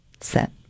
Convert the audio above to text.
set